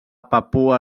papua